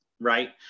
Right